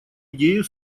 идею